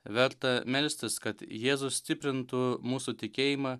verta melstis kad jėzus stiprintų mūsų tikėjimą